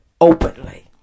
openly